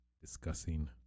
discussing